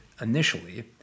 initially